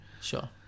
Sure